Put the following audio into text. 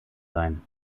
sein